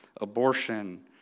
abortion